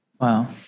Wow